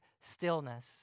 stillness